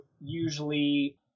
usually